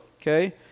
okay